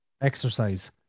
exercise